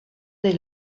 des